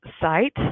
site